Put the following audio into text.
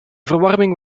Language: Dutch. verwarming